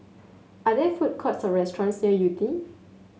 are there food courts or restaurants near Yew Tee